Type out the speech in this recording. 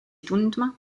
tundma